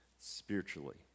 spiritually